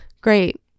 Great